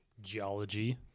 geology